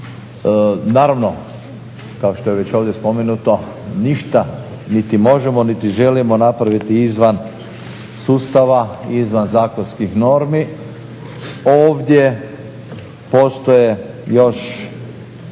Naravno, kao što je ovdje već spomenuto ništa niti možemo niti želimo napraviti izvan sustava, izvan zakonskih normi. Ovdje postoje još